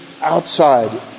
outside